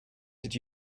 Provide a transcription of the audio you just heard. did